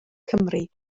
cymru